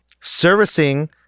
Servicing